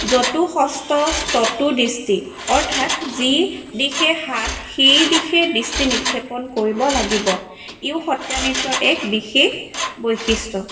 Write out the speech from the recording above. য'তো হস্ত ত'তো দৃষ্টি অৰ্থাৎ যি দিশে হাত সেই দিশেই দৃষ্টি নিক্ষেপণ কৰিব লাগিব ইয়ো সত্ৰীয়া নৃত্যৰ এক বিশেষ বৈশিষ্ট্য